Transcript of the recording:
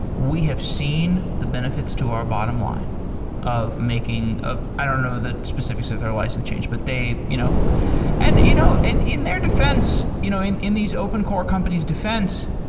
we have seen the benefits to our bottom line of making of i don't know the specifics of their license change, but they you know and you know and in their defense, you know in in these open core companies defense,